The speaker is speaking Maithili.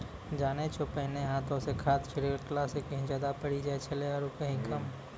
जानै छौ पहिने हाथों स खाद छिड़ला स कहीं ज्यादा पड़ी जाय छेलै आरो कहीं कम